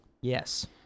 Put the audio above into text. Yes